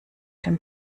dem